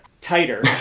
tighter